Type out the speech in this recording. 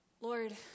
Lord